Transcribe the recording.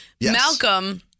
Malcolm